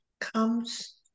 comes